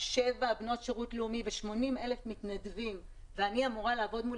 7 בנות שירות לאומי ו-80,000 מתנדבים ואני אמורה לעבוד מול